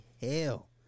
hell